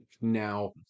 now